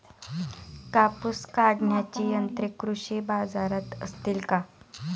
कापूस काढण्याची यंत्रे कृषी बाजारात असतील का?